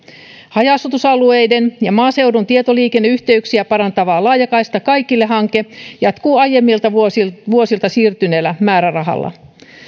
haja asutusalueiden ja maaseudun tietoliikenneyhteyksiä parantava laajakaista kaikille hanke jatkuu aiemmilta vuosilta siirtyneellä määrärahalla